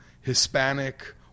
Hispanic